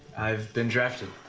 i've been drafted.